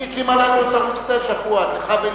היא הקימה לנו את ערוץ-9, פואד, לך ולי.